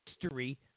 history